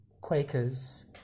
Quakers